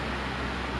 but it's like